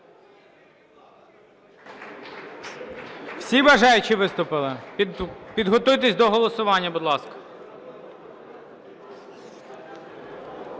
Всі бажаючі виступили? Підготуйтесь до голосування, будь ласка.